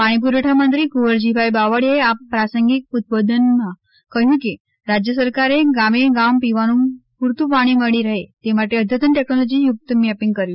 પાણી પૂરવઠા મંત્રી કુંવરજીભાઇ બાવળિયાએ પ્રાસંગિક ઉદબોધનમાં કહ્યું કે રાજ્ય સરકારે ગામે ગામ પીવાનું પૂરતું પાણી મળી રહે તે માટે અદ્યતન ટેક્નોલોજી યુક્ત મેપીંગ કર્યું છે